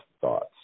thoughts